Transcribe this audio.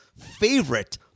favorite